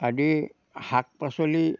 আদি শাক পাচলি